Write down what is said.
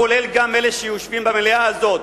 כולל גם אלה שיושבים במליאה הזאת,